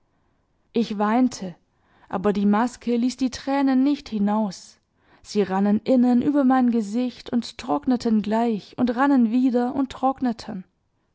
ich weinte aber die maske ließ die tränen nicht hinaus sie rannen innen über mein gesicht und trockneten gleich und rannen wieder und trockneten